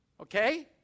okay